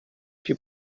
più